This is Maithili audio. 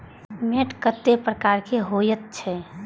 मैंट कतेक प्रकार के होयत छै?